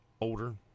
older